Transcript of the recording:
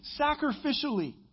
sacrificially